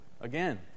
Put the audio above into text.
Again